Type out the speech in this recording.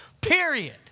period